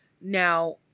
Now